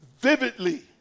vividly